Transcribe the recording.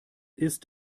ist